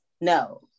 no